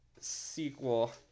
sequel